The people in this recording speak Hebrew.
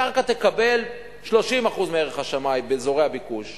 הקרקע תקבל 30% מערך השמאי באזורי הביקוש.